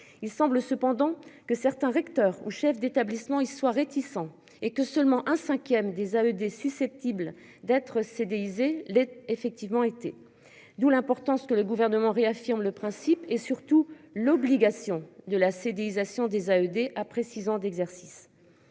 Il semble cependant que certains recteurs aux chefs d'établissement ils soient réticents et que seulement un 5ème des AE des susceptibles d'être cédées Izé les effectivement été d'où l'importance que le gouvernement réaffirme le principe et surtout l'obligation de la CDU des ED après 6 ans d'exercice.